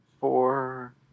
Four